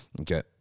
Okay